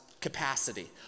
capacity